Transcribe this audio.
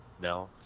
No